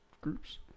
groups